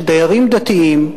שדיירים דתיים,